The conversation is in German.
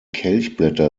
kelchblätter